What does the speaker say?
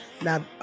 Now